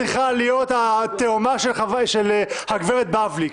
אני לא חושב שצריכה להיות התאומה של הגברת בבלי,